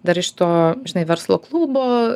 dar iš to žinai verslo klubo